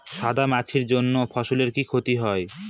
সাদা মাছির জন্য ফসলের কি ক্ষতি হয়?